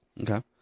Okay